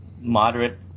moderate